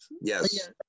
yes